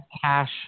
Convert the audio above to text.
Cash